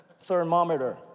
Thermometer